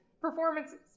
performances